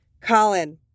Colin